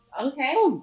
Okay